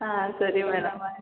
ಹಾಂ ಸರಿ ಮೇಡಮ್ ಆಯಿತು